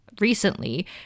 Recently